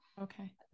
Okay